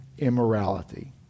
Immorality